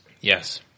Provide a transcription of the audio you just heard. Yes